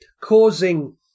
causing